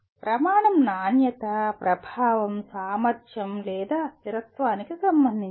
ప్రమాణం నాణ్యత ప్రభావం సామర్థ్యం లేదా స్థిరత్వానికి సంబంధించినది